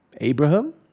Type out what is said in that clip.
Abraham